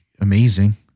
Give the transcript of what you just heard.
amazing